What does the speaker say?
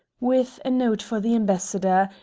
with a note for the ambassador,